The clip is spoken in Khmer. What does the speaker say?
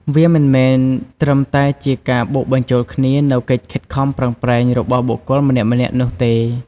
វាមិនមែនត្រឹមតែជាការបូកបញ្ចូលគ្នានូវកិច្ចខិតខំប្រឹងប្រែងរបស់បុគ្គលម្នាក់ៗនោះទេ។